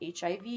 HIV